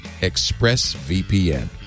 ExpressVPN